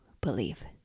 believe